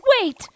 wait